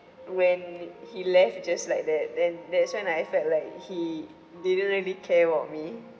when he left just like that then that's when I felt like he didn't really care about me